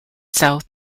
south